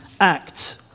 Act